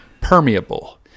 permeable